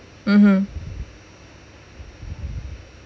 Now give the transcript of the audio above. mmhmm